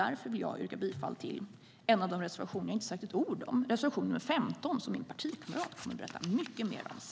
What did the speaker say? Därför vill jag yrka bifall till en av de reservationer som jag inte sagt ett ord om, reservation nr 15, som min partikamrat senare kommer att berätta mycket mer om.